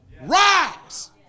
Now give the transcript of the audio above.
Rise